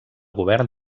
govern